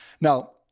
Now